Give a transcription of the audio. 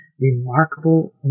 remarkable